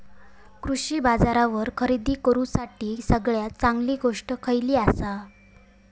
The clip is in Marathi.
कृषी बाजारावर खरेदी करूसाठी सगळ्यात चांगली गोष्ट खैयली आसा?